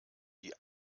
die